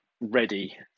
ready